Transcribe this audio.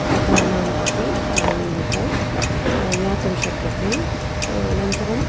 कथानाम् अपि जानीमः ज्ञातुं शक्यते अनन्तरम्